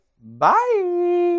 Bye